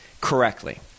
correctly